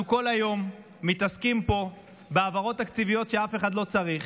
אנחנו כל היום מתעסקים פה בהעברות תקציביות שאף אחד לא צריך,